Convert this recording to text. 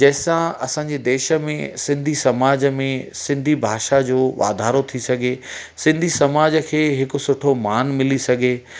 जंहिंसां असांजी देश में सिंधी समाज में सिंधी भाषा जो वाधारो थी सघे सिंधी समाज खे हिकु सुठो मान मिली सघे